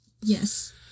Yes